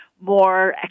more